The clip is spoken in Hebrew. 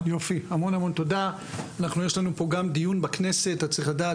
גם ביסודות הייחודיים והעקרוניים של ההשכלה הגבוהה,